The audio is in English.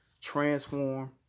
transform